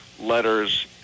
letters